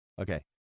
Okay